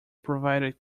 provided